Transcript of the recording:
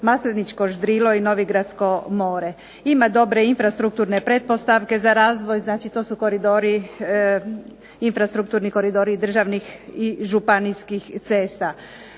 Masliničko Ždrilo i novigradsko more. Ima dobre infrastrukturne pretpostavke za razvoj, znači to su koridori, infrastrukturni koridori državnih i županijskih cesta.